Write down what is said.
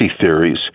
theories